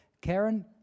Karen